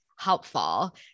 Helpful